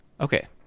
Okay